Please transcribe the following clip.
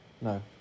no